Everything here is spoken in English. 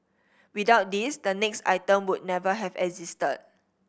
without this the next item would never have existed